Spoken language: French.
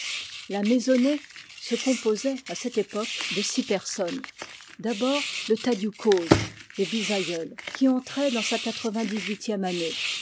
la maisonnée d se composait à cette époque de six personnes d'abord le tadiou coz le bisaïeul qui entrait dans sa quatre vingt dix huitième année